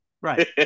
Right